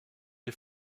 est